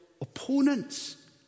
opponents